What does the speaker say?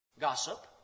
Gossip